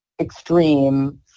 extreme